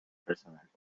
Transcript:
personales